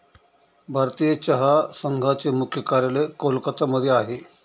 भारतीय चहा संघाचे मुख्य कार्यालय कोलकत्ता मध्ये आहे